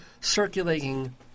circulating